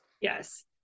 Yes